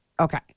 Okay